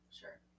Sure